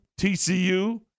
TCU